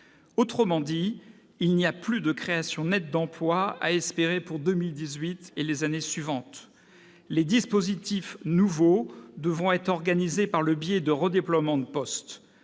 termes, il n'y a plus de création nette d'emplois à espérer pour 2018 et les années suivantes. Les dispositifs nouveaux devront être organisés par le biais de redéploiements de postes.